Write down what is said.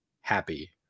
happy